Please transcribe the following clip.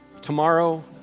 Tomorrow